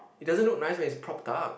it doesn't look nice when it's propped up